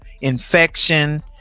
infection